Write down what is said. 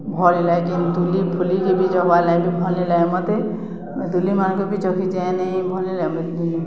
ଭଲ ନି ଲାଗେ କେନ୍ ଦୁଲି ଫୁଲିକେ ବି ଚଘ୍ବାର୍ଲାଗି ବି ଭଲ୍ ନି ଲାଗେ ମତେ ଦୁଲିମାନ୍କୁ ବି ଚଘି ଯାଏନି ଭଲ୍ ଲାଗ